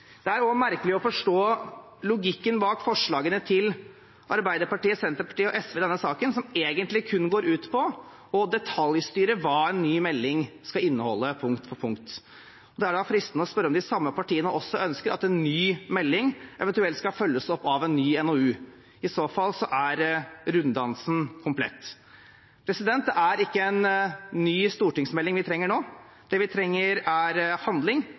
Det er også vanskelig å forstå logikken bak forslagene til Arbeiderpartiet, Senterpartiet og SV i denne saken, som egentlig kun går ut på å detaljstyre hva en ny melding skal inneholde – punkt for punkt. Det er fristende å spørre om de samme partiene også ønsker at en ny melding eventuelt skal følges opp av en ny NOU. I så fall er runddansen komplett. Det er ikke en ny stortingsmelding vi trenger nå. Det vi trenger, er handling.